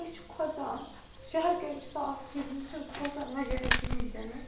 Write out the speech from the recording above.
أسۍ چھِ کھۄژان شہرکٮ۪ن چھُ آسان اَکھ چیٖز یِم چھِنہٕ کھۄژان وغیرہ کِہیٖنۍ تہِ نہٕ